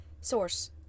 Source